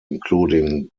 including